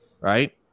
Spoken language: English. right